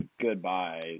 Goodbye